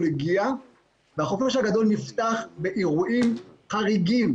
הגיע והחופש הגדול נפתח באירועים חריגים,